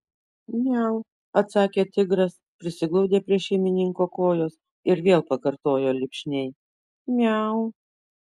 miau atsakė tigras prisiglaudė prie šeimininko kojos ir vėl pakartojo lipšniai miau